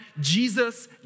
Jesus